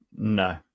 No